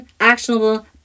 actionable